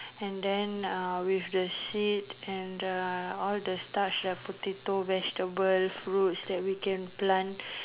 and then uh with the seed and uh all the starch the potato vegetable fruits that we can plant